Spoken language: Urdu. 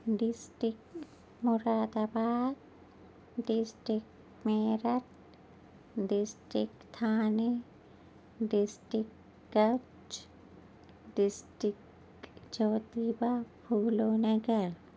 district Moradabad district Meerut district Thane district Kutch district چودیبا پھولو نگر